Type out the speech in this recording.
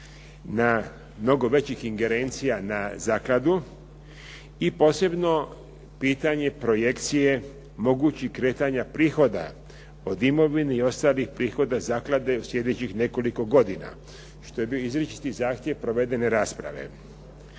mnogo većih ingerencija na zakladu i posebno pitanje projekcije mogućih kretanja prihoda od imovine i ostalih prihoda zaklade u sljedećih nekoliko godina, što je bio izričiti zahtjev provedene rasprave.